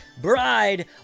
bride